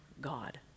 God